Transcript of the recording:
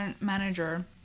manager